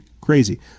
crazy